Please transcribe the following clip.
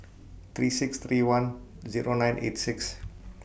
three six three one Zero nine eight six